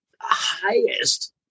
highest